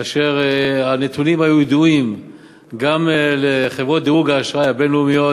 כאשר הנתונים היו ידועים גם לחברות דירוג האשראי הבין-לאומיות,